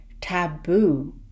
taboo